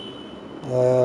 contribute back is it